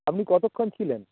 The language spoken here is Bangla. আপনি কতক্ষণ ছিলেন